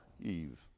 Eve